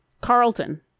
Carlton